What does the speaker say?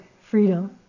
freedom